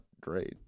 great